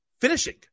finishing